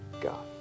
God